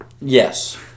Yes